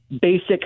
basic